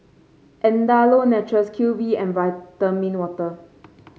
Andalou Naturals Q V and Vitamin Water